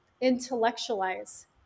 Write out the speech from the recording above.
intellectualize